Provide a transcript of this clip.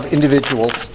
individuals